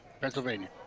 Pennsylvania